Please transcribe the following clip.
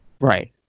Right